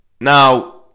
Now